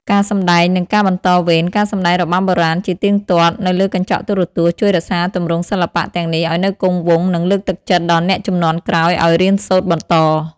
ការសម្តែង និងការបន្តវេន ការសម្តែងរបាំបុរាណជាទៀងទាត់នៅលើកញ្ចក់ទូរទស្សន៍ ជួយរក្សាទម្រង់សិល្បៈទាំងនេះឱ្យនៅគង់វង្ស និងលើកទឹកចិត្តដល់អ្នកជំនាន់ក្រោយឱ្យរៀនសូត្របន្ត។